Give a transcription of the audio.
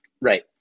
Right